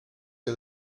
que